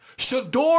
Shador